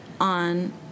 on